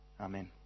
Amen